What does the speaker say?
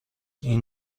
این